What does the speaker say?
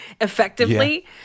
effectively